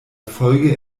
folge